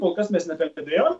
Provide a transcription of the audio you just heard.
kol kas mes nekalbėjom